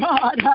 God